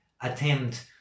attempt